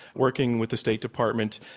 working with the state department,